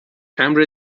امر